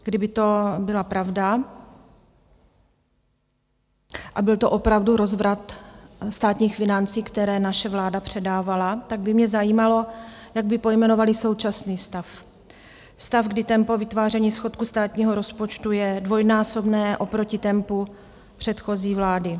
Kdyby to byla pravda a byl to opravdu rozvrat státních financí, které naše vláda předávala, tak by mě zajímalo, jak by pojmenovali současný stav, kdy tempo vytváření schodku státního rozpočtu je dvojnásobné oproti tempu předchozí vlády.